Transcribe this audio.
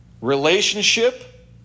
relationship